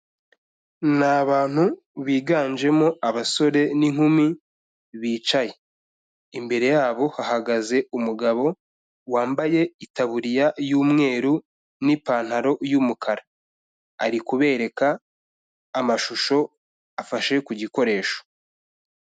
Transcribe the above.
Ni abantu biganjemo abasore n'inkumi bicaye. Imbere yabo hahagaze umugabo wambaye itaburiya y'umweru n'ipantaro y'umukara. Ari kubereka amashusho afashe ku gikoresho.